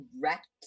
direct